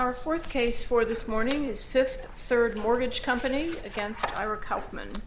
our fourth case for this morning is fifth third mortgage company against iraq housman